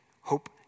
Hope